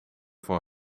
voor